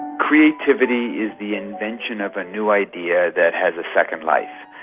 creativity is the invention of a new idea that has a second life.